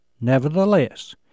Nevertheless